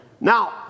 Now